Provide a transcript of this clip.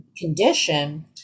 condition